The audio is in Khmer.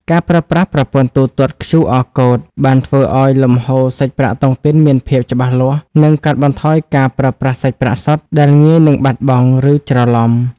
ការប្រើប្រាស់ប្រព័ន្ធទូទាត់ QR Code បានធ្វើឱ្យលំហូរសាច់ប្រាក់តុងទីនមានភាពច្បាស់លាស់ និងកាត់បន្ថយការប្រើប្រាស់សាច់ប្រាក់សុទ្ធដែលងាយនឹងបាត់បង់ ឬច្រឡំ។